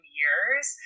years